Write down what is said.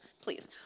Please